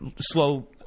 slow